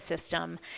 system